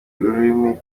ururimi